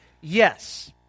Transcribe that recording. yes